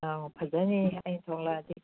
ꯑꯧ ꯐꯖꯅꯤ ꯑꯩꯅ ꯊꯣꯛꯂꯛꯑꯗꯤ